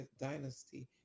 dynasty